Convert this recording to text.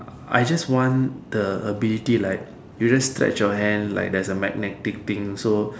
I just want the ability like you just stretch your hand like there's a magnetic thing so